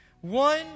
One